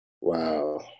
Wow